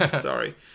Sorry